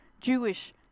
Jewish